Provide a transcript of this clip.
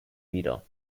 wieder